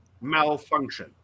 malfunction